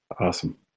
Awesome